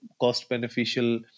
cost-beneficial